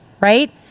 right